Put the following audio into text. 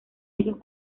esos